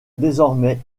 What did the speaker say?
désormais